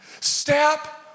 step